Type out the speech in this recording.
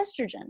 estrogen